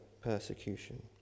persecution